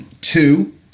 Two